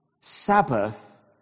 Sabbath